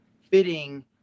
fitting